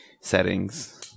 settings